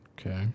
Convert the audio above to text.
Okay